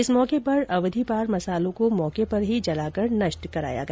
इस मौके पर अवधिपार मसालों को मौके पर ही जलाकर नष्ट कराया गया